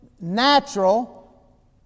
natural